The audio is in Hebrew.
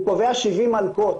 הוא קובע 70 מלקות.